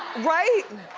right?